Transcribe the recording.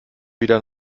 wieder